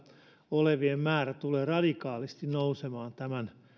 olevien määrä tulee radikaalisti nousemaan tämän